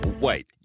Wait